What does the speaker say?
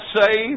saved